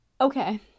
Okay